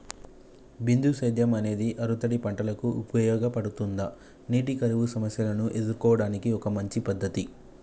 బిందు సేద్యం అనేది ఆరుతడి పంటలకు ఉపయోగపడుతుందా నీటి కరువు సమస్యను ఎదుర్కోవడానికి ఒక మంచి పద్ధతి?